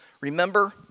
Remember